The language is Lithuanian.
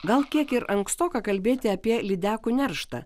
gal kiek ir ankstoka kalbėti apie lydekų nerštą